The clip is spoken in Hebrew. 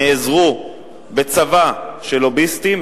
נעזרו בצבא של לוביסטים,